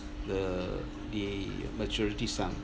the the maturity sum